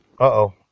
Uh-oh